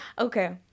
Okay